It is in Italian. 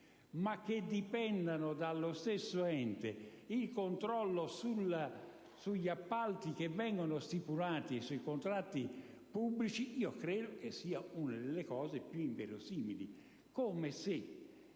ma che dipendano dallo stesso ente il controllo sugli appalti che vengono stipulati e sui contratti pubblici credo sia una delle cose più inverosimili.